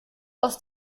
aus